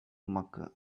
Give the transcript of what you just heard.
mecca